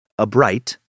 Abright